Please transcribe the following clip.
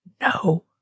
No